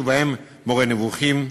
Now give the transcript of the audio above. ובהם "מורה נבוכים",